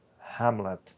hamlet